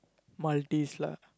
Maltese lah